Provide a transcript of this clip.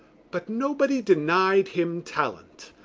but nobody denied him talent.